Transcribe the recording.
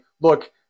look